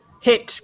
hit